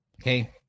Okay